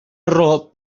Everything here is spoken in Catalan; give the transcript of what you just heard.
error